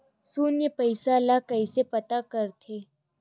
शून्य पईसा ला कइसे पता करथे?